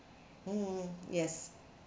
mm yes